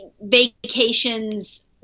vacations